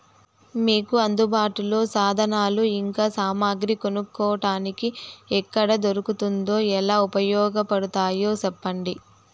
మీకు అందుబాటులో సాధనాలు ఇంకా సామగ్రి కొనుక్కోటానికి ఎక్కడ దొరుకుతుందో ఎలా ఉపయోగపడుతాయో సెప్పండి?